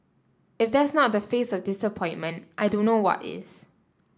if that's not the face of disappointment I don't know what is